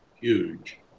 huge